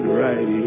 right